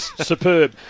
superb